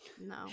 No